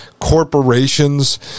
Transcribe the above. corporations